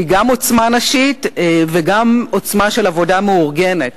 שהיא גם עוצמה נשית וגם עוצמה של עבודה מאורגנת.